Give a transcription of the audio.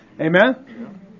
Amen